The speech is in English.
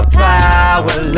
power